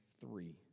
three